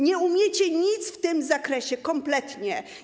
Nie umiecie nic w tym zakresie, kompletnie.